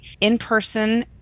in-person